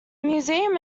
museum